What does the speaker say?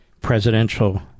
Presidential